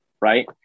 right